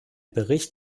bericht